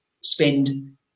spend